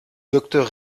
docteur